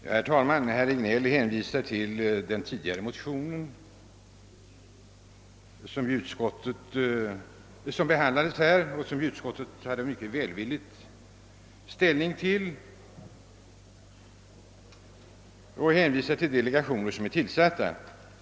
Herr talman! Herr Regnéll åberopar den motion som tidigare behandlats här och till vilken utskottet intagit en mycket välvillig hållning. Ja, utskottet hänvisar därvid till de delegationer som är tillsatta.